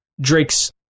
Drake's